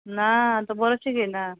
ना तो बोरो शिकयना